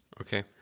Okay